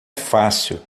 fácil